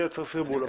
זה יוצר סרבול.